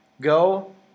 go